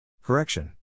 Correction